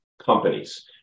companies